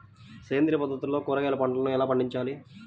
సేంద్రియ పద్ధతుల్లో కూరగాయ పంటలను ఎలా పండించాలి?